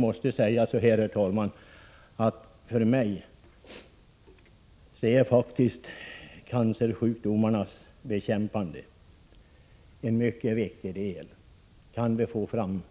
För mig, herr talman, är faktiskt cancersjukdomarnas bekämpande något mycket viktigt. Kan vi få fram